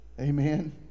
Amen